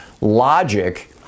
logic